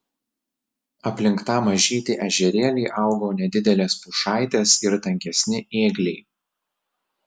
aplink tą mažytį ežerėlį augo nedidelės pušaitės ir tankesni ėgliai